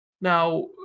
Now